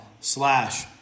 slash